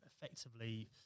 effectively